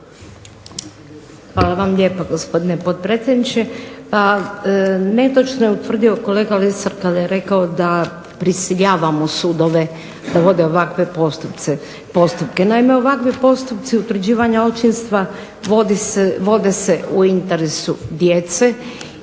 Hvala vam lijepa gospodine potpredsjedniče. Netočno je utvrdio kolega Lesar kada je rekao da prisiljavamo sudove da vode ovakve postupke, naime ovakvi postupci utvrđivanja očinstva vode se u interesu djece,